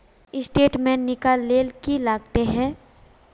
Statement निकले ले की लगते है?